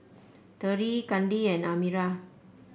Terrie Kandi and Amira